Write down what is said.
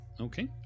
okay